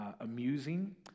amusing